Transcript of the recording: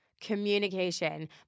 communication